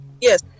Yes